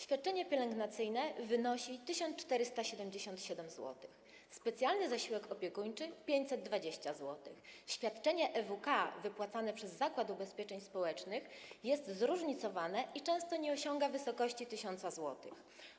Świadczenie pielęgnacyjne wynosi 1477 zł, specjalny zasiłek opiekuńczy - 520 zł, świadczenie EWK wypłacane przez Zakład Ubezpieczeń Społecznych jest zróżnicowane i często nie osiąga wysokości 1000 zł.